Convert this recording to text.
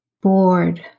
bored